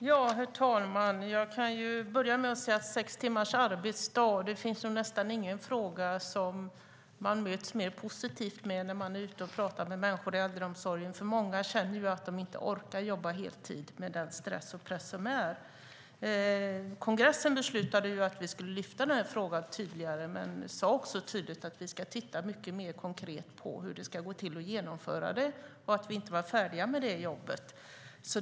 Herr talman! Jag kan börja med sex timmars arbetsdag. Det finns nästan ingen fråga som bemöts mer positivt när man är ute och pratar med människor i äldreomsorgen. Många känner att de inte orkar jobba heltid med den stress och press som är. Kongressen beslutade att vi ska lyfta fram den här frågan tydligare men sade också tydligt att vi ska titta mycket mer konkret på hur det ska gå till att genomföra detta och att vi inte är färdiga med det jobbet.